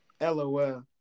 LOL